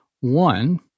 One